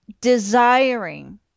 desiring